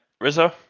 Rizzo